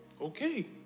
Okay